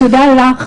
ותודה לך,